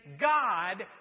God